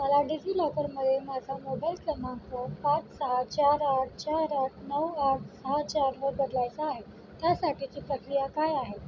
मला डिजिलॉकरमध्ये माझा मोबाईल क्रमांक पाच सहा चार आठ चार आठ नऊ आठ सहा चारवर बदलायचा आहे त्यासाठीची प्रक्रिया काय आहे